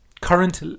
current